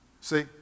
See